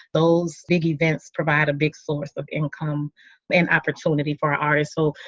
those big events provide a big source of income and opportunity for artists or,